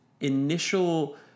initial